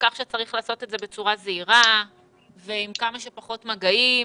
כך שצריך לעשות את זה בצורה זהירה ועם כמה שפחות מגעים.